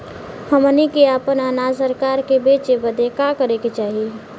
हमनी के आपन अनाज सरकार के बेचे बदे का करे के चाही?